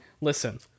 listen